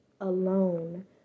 alone